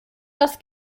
das